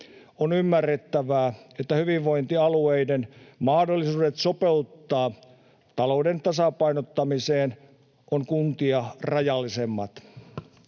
On ymmärrettävää, että hyvinvointialueiden mahdollisuudet sopeuttaa talouden tasapainottamiseen ovat kuntia rajallisemmat.